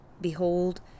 behold